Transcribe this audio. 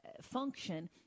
function